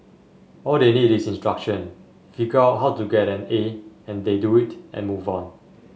all they need is instruction figure out how to get an A and they do it and move on